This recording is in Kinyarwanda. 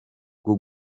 bwo